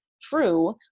true